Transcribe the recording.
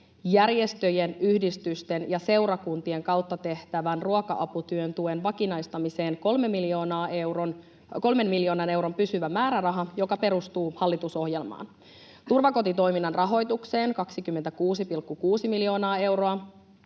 Järjestöjen, yhdistysten ja seurakuntien kautta tehtävän ruoka-aputyön tuen vakinaistamiseen 3 miljoonan euron pysyvä määräraha, joka perustuu hallitusohjelmaan. Turvakotitoiminnan rahoitukseen 26,6 miljoonaa euroa.